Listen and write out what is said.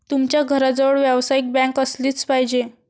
तुमच्या घराजवळ व्यावसायिक बँक असलीच पाहिजे